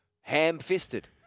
Ham-fisted